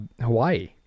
hawaii